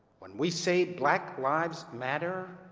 when we say black lives matter,